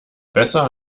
besser